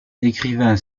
écrivain